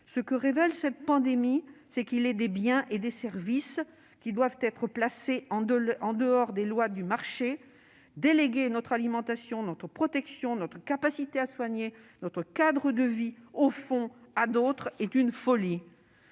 Ce que révèle cette pandémie, c'est qu'il est des biens et des services qui doivent être placés en dehors des lois du marché. Déléguer notre alimentation, notre protection, notre capacité à soigner, notre cadre de vie au fond à d'autres est une folie.